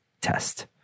test